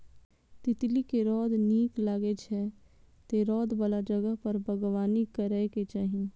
तितली कें रौद नीक लागै छै, तें रौद बला जगह पर बागबानी करैके चाही